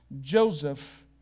Joseph